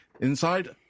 inside